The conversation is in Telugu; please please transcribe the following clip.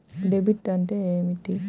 డెబిట్ అంటే ఏమిటి?